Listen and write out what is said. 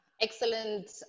Excellent